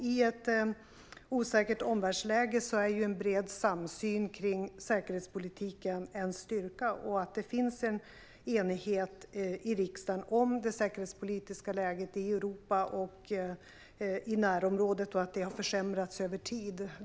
I ett osäkert omvärldsläge är en bred samsyn kring säkerhetspolitiken en styrka. Det finns en enighet i riksdagen om det säkerhetspolitiska läget i Europa och närområdet och om att det har försämrats över tid.